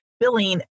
billing